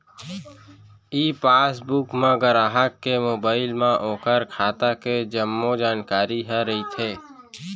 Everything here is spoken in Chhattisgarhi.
ई पासबुक म गराहक के मोबाइल म ओकर खाता के जम्मो जानकारी ह रइथे